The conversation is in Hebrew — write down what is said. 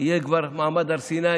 יהיה כבר מעמד הר סיני,